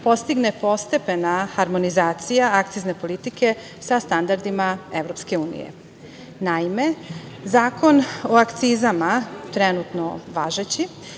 postigne postepena harmonizacija akcizne politike sa standardima EU.Naime, Zakon o akcizama, trenutno važeći,